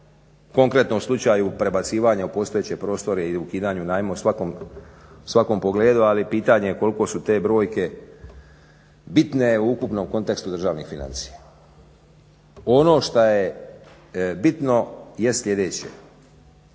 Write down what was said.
Konkretno u slučaju prebacivanja u postojeće prostore i ukidanju najma u svakom pogledu ali i pitanje je koliko su te brojke bitke u ukupnom kontekstu državnih financija. On što je bitno je sljedeće,